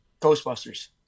Ghostbusters